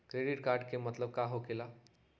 Credit card के मतलब का होकेला?